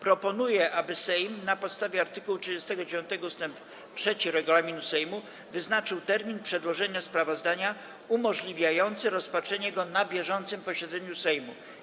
Proponuję, aby Sejm, na podstawie art. 39 ust. 3 regulaminu Sejmu, wyznaczył termin przedłożenia sprawozdania umożliwiający rozpatrzenie go na bieżącym posiedzeniu Sejmu.